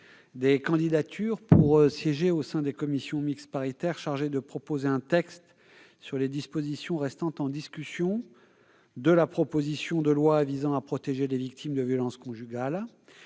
des candidatures pour siéger au sein des commissions mixtes paritaires chargées de proposer un texte sur les dispositions restant en discussion de la proposition de loi visant à protéger les victimes de violences conjugales,